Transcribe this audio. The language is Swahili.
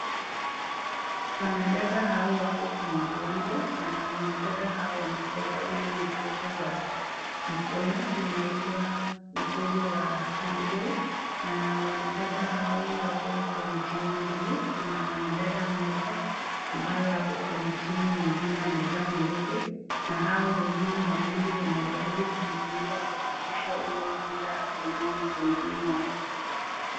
Wanadada hawa wako kwenye uwanja na wanadada hawa wanacheza ule mchezo wa mkono unaitwa mchezo wa handball na wanadada hawa wako kwenye timu mbili. Kuna mwanadada mmoja ambaye ako kwenye timu ingine amevaa nyeupe na hao wengine wawili wanajaribu kumzuia kwa kurusha ule mpira ako nao mkononi mwake.